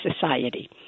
society